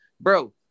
Bro